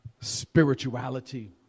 Spirituality